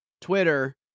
Twitter